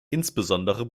insbesondere